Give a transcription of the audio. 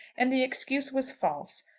and the excuse was false.